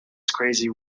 crazy